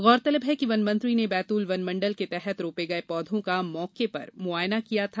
गौरतलब है कि वनमंत्री ने बैतूल वनमंडल के तहत रोपे गये पौधों का मौके पर मुआयना किया था